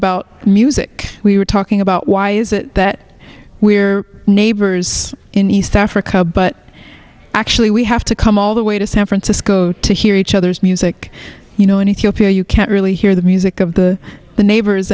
about music we were talking about why is it that we're neighbors in east africa but actually we have to come all the way to san francisco to hear each other's music you know and if you're here you can't really hear the music of the neighbors